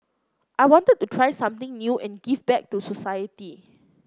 I wanted to try something new and give back to society